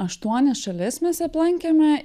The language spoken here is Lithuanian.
aštuonias šalis mes aplankėme